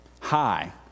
High